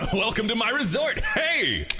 welcome to my resort! hey!